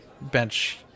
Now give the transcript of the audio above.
bench